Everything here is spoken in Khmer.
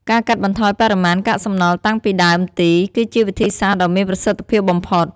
ការកាត់បន្ថយបរិមាណកាកសំណល់តាំងពីដើមទី គឺជាវិធីសាស្ត្រដ៏មានប្រសិទ្ធភាពបំផុត។